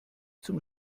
zum